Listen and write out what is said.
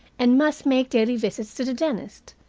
and must make daily visits to the dentist,